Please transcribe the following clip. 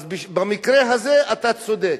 אז במקרה הזה אתה צודק.